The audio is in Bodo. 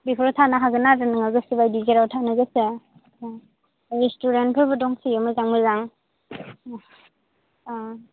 बेफोराव थानो हागोन आरो नोङो गोसोबायदि जेराव थानो गोसो रेसटुरेन्टफोरबो दंसोयो मोजां मोजां